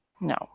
no